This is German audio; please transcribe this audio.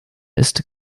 ist